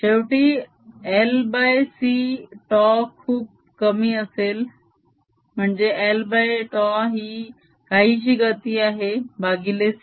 शेवटी lc τ खूप कमी असेल म्हणजे lτ ही काहीशी गती आहे भागिले c